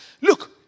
look